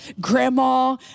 grandma